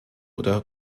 oder